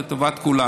לטובת כולם.